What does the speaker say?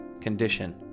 condition